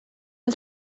del